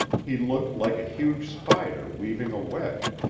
he looked like a huge spider weaving a web.